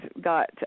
got –